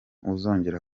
uzongera